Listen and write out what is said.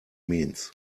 means